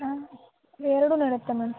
ಹಾಂ ಎರಡೂ ಇರುತ್ತೆ ಮ್ಯಾಮ್